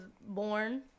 born